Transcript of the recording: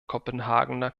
kopenhagener